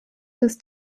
des